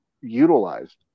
utilized